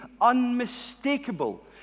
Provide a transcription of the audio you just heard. unmistakable